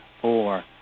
four